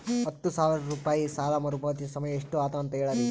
ಹತ್ತು ಸಾವಿರ ರೂಪಾಯಿ ಸಾಲ ಮರುಪಾವತಿ ಸಮಯ ಎಷ್ಟ ಅದ ಅಂತ ಹೇಳರಿ?